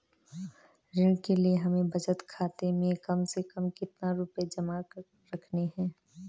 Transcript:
ऋण के लिए हमें बचत खाते में कम से कम कितना रुपये जमा रखने हैं?